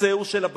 קצה-קצה של הבעיה